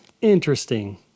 Interesting